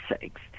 sakes